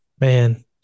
man